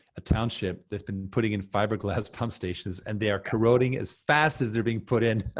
a township that's been putting in fiber glass pump stations, and they are corroding as fast as they're being put in. ah